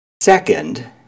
Second